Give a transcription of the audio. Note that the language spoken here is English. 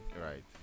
right